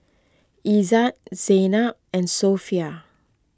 Izzat Zaynab and Sofea